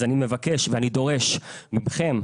אז אני מבקש ואני דורש מכם,